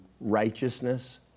righteousness